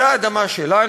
זו האדמה שלנו.